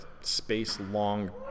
space-long